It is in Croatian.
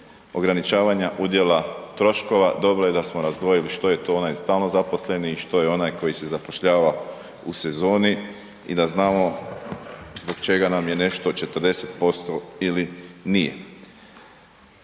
ograničavanja udjela troškova. Dobro je da smo razdvojili što je to onaj stalno zaposleni i što je onaj koji se zapošljava u sezoni i da znamo zbog čega nam je nešto 40% ili nije.